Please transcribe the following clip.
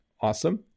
Awesome